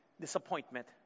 disappointment